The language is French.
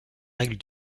règles